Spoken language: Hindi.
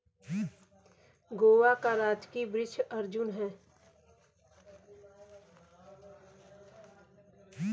गोवा का राजकीय वृक्ष अर्जुन है